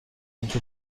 اینکه